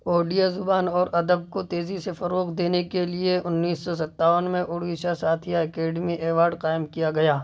اوڑیا زبان اور ادب کو تیزی سے فروغ دینے کے لیے انیس سو ستاون میں اڑیشہ ساہتیہ اکیڈمی ایوارڈ قائم کیا گیا